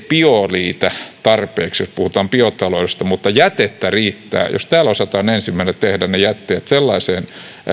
bioa riitä tarpeeksi kun puhutaan biotaloudesta mutta jätettä riittää jos täällä osataan ensimmäisenä tehdä ne jätteet sellaiseen